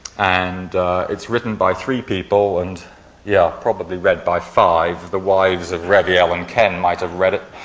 and it's written by three people and yeah, probably read by five, of the wives of reviel and ken might have read it.